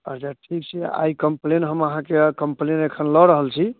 अच्छा की छै आइ कम्पलेन हम आहाँके कम्पलेन एखन लऽ रहल छी